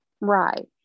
Right